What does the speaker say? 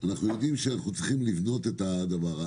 אנחנו צריכים לבנות את הדבר.